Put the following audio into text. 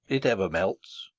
it ever melts,